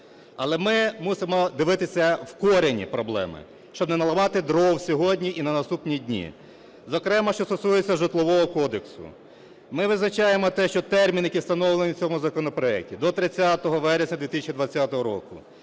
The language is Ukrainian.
Але ми мусимо дивитися в корінь проблеми, щоб не наламати дров сьогодні і на наступні дні. Зокрема що стосується Житлового кодексу. Ми визначаємо те, що терміни, які встановлені в цьому законопроекті, до 30 вересня 2020 року,